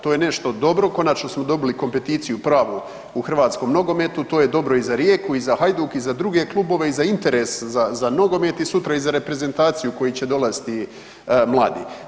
To je nešto dobro, konačno smo dobili kompeticiju pravu u hrvatskom nogometu, to je dobro i za Rijeku i Hajduk i druge klubove, i za interes za nogomet i sutra i za reprezentaciju u koju će dolaziti mladi.